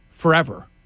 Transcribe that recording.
Forever